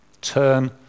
Turn